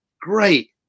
great